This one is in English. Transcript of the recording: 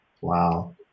wow